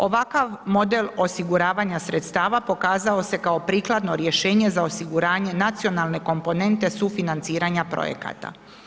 Ovakav model osiguravanja sredstava pokazao se kao prikladno rješenje za osiguranje nacionalne komponente sufinanciranja projekata.